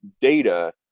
data